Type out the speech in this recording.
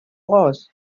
was